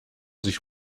sich